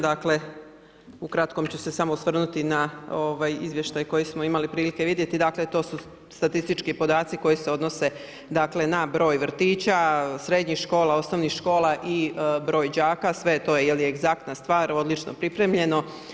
Dakle, ukratko ću se samo osvrnuti na izvještaj koji smo imali prilike vidjeti, dakle, to su statistički podaci, koji se odnose na broj vrtića, srednjih škola, osnovnih škola i broj đaka, sve je to egzaktna stvar, odlično pripremljeno.